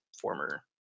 former